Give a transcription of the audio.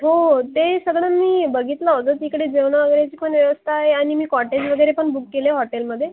हो ते सगळं मी बघितलं अजून तिकडे जेवणावगैरेची पण व्यवस्था आहे आणि मी कॉटेज वगैरे पण बूक केलं आहे हॉटेलमध्ये